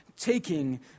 taking